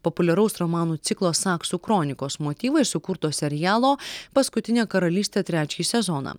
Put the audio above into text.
populiaraus romanų ciklo saksų kronikos motyvais sukurto serialo paskutinė karalystė trečiąjį sezoną